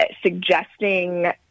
suggesting